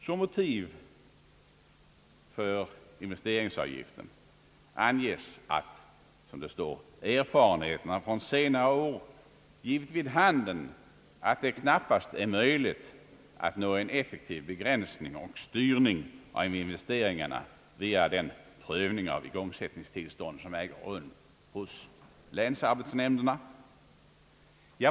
Som motiv för investeringsavgiften anges, som det står i utskottsbetänkandet, att erfarenheterna från senare år givit vid handen, att det knappast är möjligt att nå en effektiv begränsning och styrning av investeringarna via den prövning av <igångsättningstillstånd, som ägt rum hos länsarbetsnämnderna.